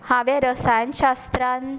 हांवे रसायन शास्त्रांत